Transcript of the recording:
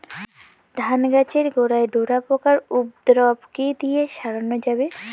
ধান গাছের গোড়ায় ডোরা পোকার উপদ্রব কি দিয়ে সারানো যাবে?